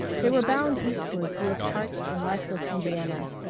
they were bound eastward through a parched and lifeless indiana,